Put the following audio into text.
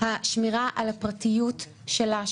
השמירה על הפרטיות שלה,